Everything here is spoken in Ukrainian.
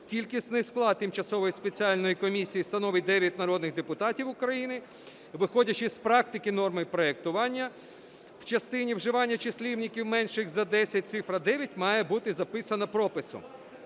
кількісний склад Тимчасової спеціальної комісії становить 9 народних депутатів України, виходячи з практики норми проектування, в частині вживання числівників, менших за 10, цифра 9 має бути записана прописом.